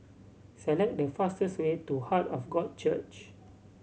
select the fastest way to Heart of God Church